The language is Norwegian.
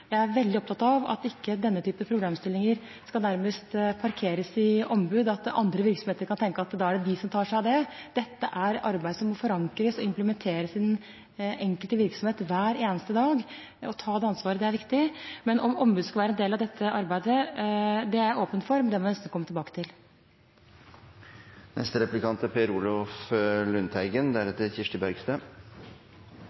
Jeg er veldig opptatt av at ikke denne type problemstillinger nærmest skal parkeres i et ombud – at andre virksomheter kan tenke at da er det de som tar seg av det. Dette er arbeid som må forankres, implementeres, i den enkelte virksomhet hver eneste dag. Å ta det ansvaret er viktig, men om et ombud skal være en del av dette arbeidet, er jeg åpen for, men det må jeg nesten få komme tilbake til. Når mange av erfaring er